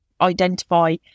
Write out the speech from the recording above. identify